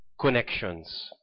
Connections